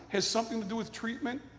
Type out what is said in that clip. has something to do with treatment?